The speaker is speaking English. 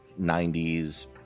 90s